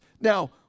Now